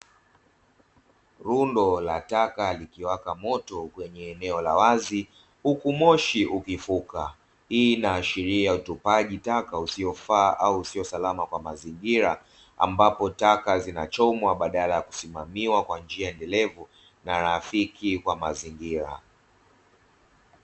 Rundo la taka likiwaka moto kwenye eneo la wazi huku moshi ukifuka, inaashiria utupaji taka usiofaa au usio salama kwa mazingira, ambapo taka zinachomwa badala ya kusimamiwa kwa njia endelevu na rafiki kwa mazingira."